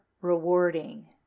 rewarding